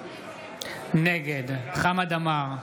נגד חמד עמאר,